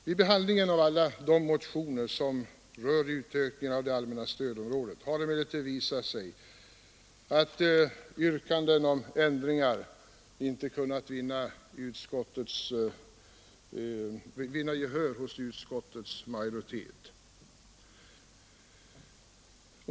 Vid behandlingen av alla de motioner som berör utökningen av det allmänna stödområdet har det emellertid visat sig att yrkanden om ändringar inte kunnat vinna gehör hos utskottets majoritet.